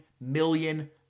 million